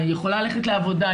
היא יכולה ללכת לעבודה,